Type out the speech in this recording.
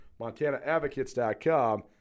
MontanaAdvocates.com